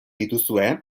dituzue